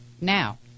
now